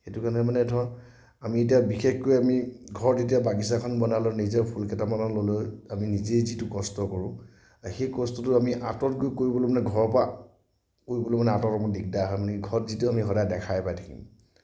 সেইটো কাৰণে মানে ধৰক আমি এতিয়া বিশেষকৈ আমি ঘৰত এতিয়া বাগিচাখন বনালোঁ ফুল কেইটামানো ল'লোঁ আমি নিজেই যিটো কষ্ট কৰোঁ সেই কষ্টটো আমি আতঁৰত গৈ কৰিবলৈ মানে ঘৰৰ পৰা কৰিবলৈ মানে আতঁৰত অলপমান দিগদাৰ হয় মানে ঘৰত যিটো আমি সদায় দেখাই পাই থাকিম